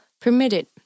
permitted